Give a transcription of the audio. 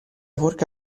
forca